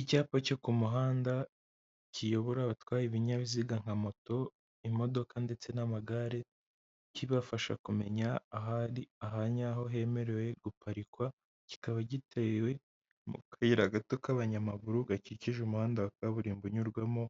Icyapa cyo ku muhanda kiyobora abatwaye ibinyabiziga nka moto, imodoka ndetse n'amagare, kibafasha kumenya ahari ahanyaho hemerewe guparikwa, kikaba gitewe mu kayira gato k'abanyamaguru gakikije umuhanda wa kaburimbo unyurwamo